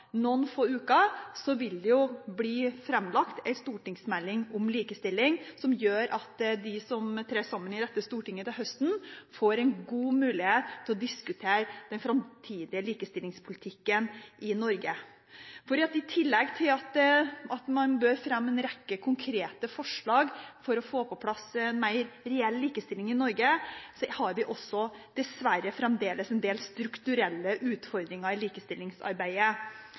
noen få uker vil det bli framlagt en stortingsmelding om likestilling. De som trer sammen i Stortinget til høsten, får da god mulighet til å diskutere den framtidige likestillingspolitikken i Norge. I tillegg til at man bør fremme en rekke konkrete forslag for å få på plass mer reell likestilling i Norge, har vi dessverre fremdeles en del strukturelle utfordringer i likestillingsarbeidet.